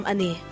Ani